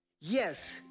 Yes